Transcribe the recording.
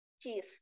cheese